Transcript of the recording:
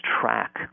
track